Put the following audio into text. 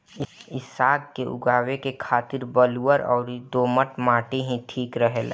इ साग के उगावे के खातिर बलुअर अउरी दोमट माटी ही ठीक रहेला